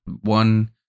one